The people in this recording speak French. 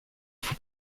faut